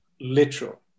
literal